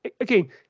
again